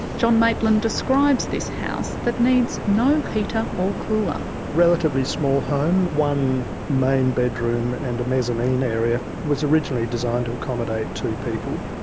john maitland describes this house, that needs no heater or cooler. relatively small home. one main bedroom and a mezzanine area. it was originally designed to accommodate two people.